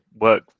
work